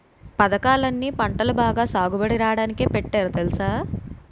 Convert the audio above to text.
పదకాలన్నీ పంటలు బాగా సాగుబడి రాడానికే పెట్టారు తెలుసా?